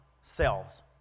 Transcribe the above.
selves